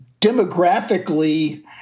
Demographically